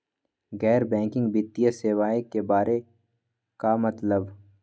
गैर बैंकिंग वित्तीय सेवाए के बारे का मतलब?